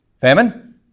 Famine